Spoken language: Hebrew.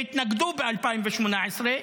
שהתנגדו ב-2018,